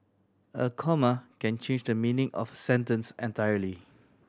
a comma can change the meaning of sentence entirely